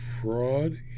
fraud